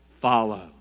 follow